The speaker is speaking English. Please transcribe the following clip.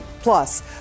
plus